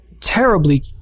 terribly